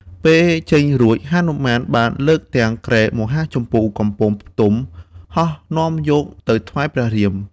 ពេលចេញរួច ហនុមានបានលើកទាំងគ្រែមហាជម្ពូកំពុងផ្ទុំ ហោះនាំយកទៅថ្វាយព្រះរាម។